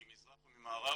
ממזרח וממערב,